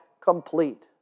complete